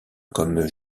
comme